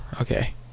Okay